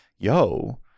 yo